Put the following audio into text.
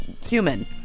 human